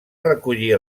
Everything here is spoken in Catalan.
recollir